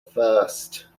first